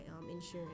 insurance